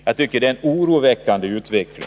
Jag tycker det är en oroväckande utveckling.